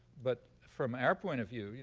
but from our point of view,